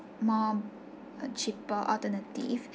more cheaper alternative